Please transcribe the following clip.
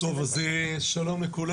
שלום לכולם.